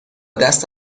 دست